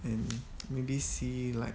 and maybe see like